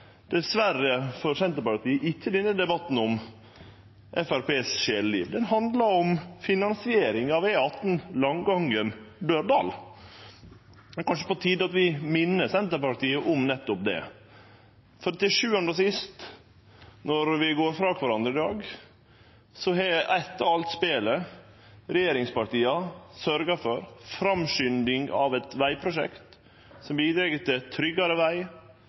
Dessverre for Senterpartiet handlar ikkje denne debatten om Framstegspartiets sjeleliv, han handlar om finansiering av E18 Langangen–Dørdal. Det er kanskje på tide at vi minner Senterpartiet om nettopp det. Til sjuande og sist, når vi går frå kvarandre i dag etter alt spelet, har regjeringspartia sørgt for framskynding av eit vegprosjekt som bidreg til tryggare veg,